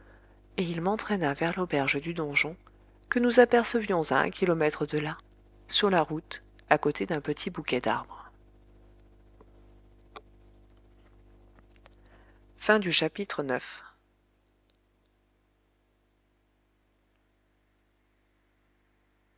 et il m'entraîna vers l'auberge du donjon que nous apercevions à un kilomètre de là sur la route à côté d'un petit bouquet d'arbres